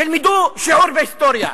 תלמדו שיעור בהיסטוריה.